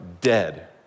dead